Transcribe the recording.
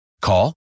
Call